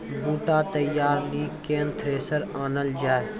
बूटा तैयारी ली केन थ्रेसर आनलऽ जाए?